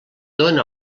dóna